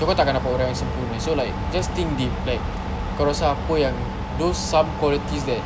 so kau tak kan dapat orang yang sempurna so like just think deep like kau rasa apa yang those some qualities that